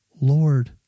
Lord